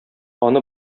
аны